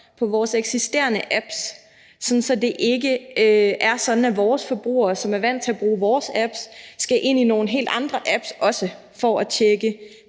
på deres eksisterende apps, så det ikke er sådan, at deres forbrugere, som er vant til at bruge deres apps, også skal ind i nogle helt andre apps for at tjekke